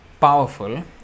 powerful